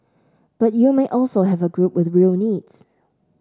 but you may also have a group with real needs